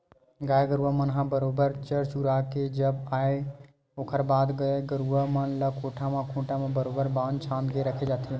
गाय गरुवा मन ह बरोबर चर चुरा के जब आवय ओखर बाद गाय गरुवा मन ल कोठा म खूंटा म बरोबर बांध छांद के रखे जाथे